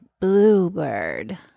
bluebird